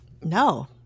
No